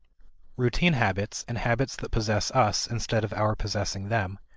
routine habits, and habits that possess us instead of our possessing them,